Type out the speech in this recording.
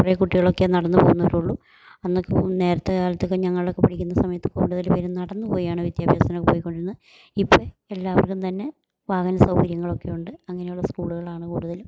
കുറേ കുട്ടികളൊക്കെ നടന്നു പോകുന്നവരുള്ളൂ അന്നൊക്കെ നേരത്തെ കാലത്തൊക്കെ ഞങ്ങളൊക്കെ പഠിക്കുന്ന സമയത്ത് കൂടുതൽ പേരും നടന്നു പോയാണ് വിദ്യാഭ്യാസത്തിനൊക്കെ പോയിക്കൊണ്ടിരുന്നത് ഇപ്പം എല്ലാവരും തന്നെ വാഹന സൗകര്യങ്ങളൊക്കെയുണ്ട് അങ്ങനെയുള്ള സ്കൂളുകളാണ് കൂടുതലും